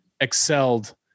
excelled